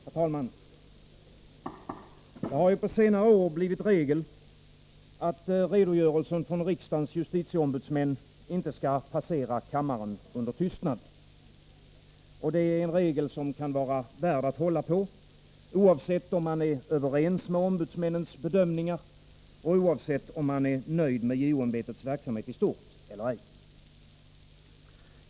Herr talman! Det har på senare år blivit regel, att redogörelsen från riksdagens justitieombudsmän inte skall passera riksdagen under tystnad. Det är en regel som kan vara värd att hålla på, oavsett om man är överens med ombudsmännen i deras bedömningar och oavsett om man är nöjd med JO-ämbetets verksamhet i stort eller ej.